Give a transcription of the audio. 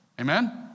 Amen